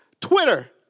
Twitter